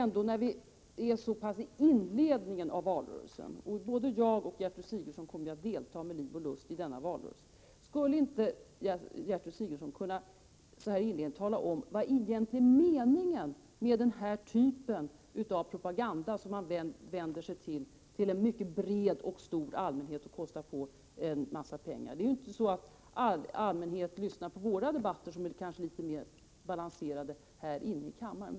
När vi är så här i inledningen av valrörelsen, som både jag och Gertrud Sigurdsen sedan kommer att delta i med liv och lust, skulle då inte Gertrud Sigurdsen kunna tala om vad som egentligen menas med den här typen av propaganda, som man går ut med till en mycket bred och stor allmänhet och lägger ned mycket pengar på? Allmänheten lyssnar ju inte så mycket på våra debatter här, som kanske är litet mer balanserade.